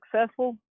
successful